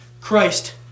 Christ